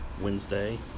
Wednesday